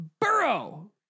Burrow